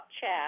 chat